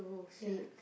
ya